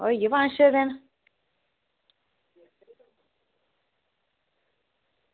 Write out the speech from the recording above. होई गे पंज छे दिन